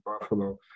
Buffalo